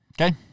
Okay